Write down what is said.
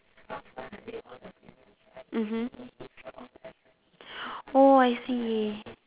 mmhmm oh I see